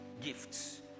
gifts